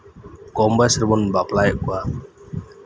ᱠᱚᱢ ᱵᱚᱭᱮᱥ ᱨᱮᱵᱚᱱ ᱵᱟᱯᱞᱟᱭᱮᱫ ᱠᱚᱣᱟ